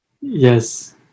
Yes